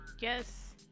Yes